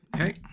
Okay